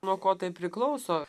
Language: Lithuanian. nuo ko tai priklauso